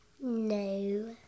No